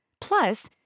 Plus